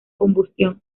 combustión